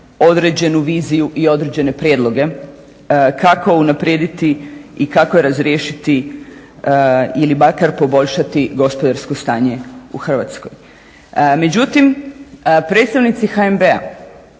određenu viziju i određene prijedloge kako unaprijediti i kako razriješiti ili makar poboljšati gospodarsko stanje u Hrvatskoj. Međutim predstavnici HNB-a